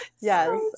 yes